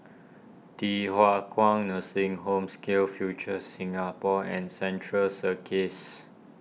Thye Hua Kwan Nursing Home SkillsFuture Singapore and Central Circus